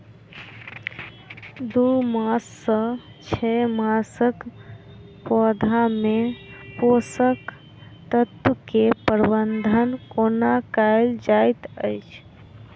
दू मास सँ छै मासक पौधा मे पोसक तत्त्व केँ प्रबंधन कोना कएल जाइत अछि?